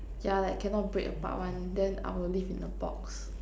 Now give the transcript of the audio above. yeah like cannot break apart [one] then I will live in a box